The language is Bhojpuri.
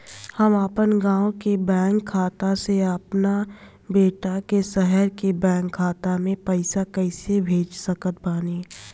हम अपना गाँव के बैंक खाता से अपना बेटा के शहर के बैंक खाता मे पैसा कैसे भेज सकत बानी?